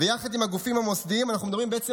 ויחד עם הגופים המוסדיים אנחנו מדברים בעצם